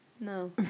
No